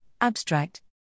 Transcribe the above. Abstract